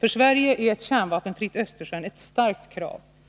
För Sverige är ett kärnvapenfritt Östersjön ett starkt krav.